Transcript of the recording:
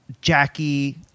Jackie